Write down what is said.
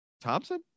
Thompson